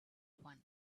one